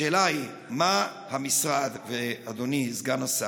השאלה היא: מה המשרד, ואדוני סגן השר,